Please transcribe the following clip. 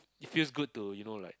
it feels good to you know like